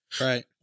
Right